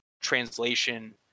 translation